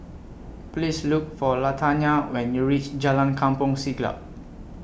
Please Look For Latanya when YOU REACH Jalan Kampong Siglap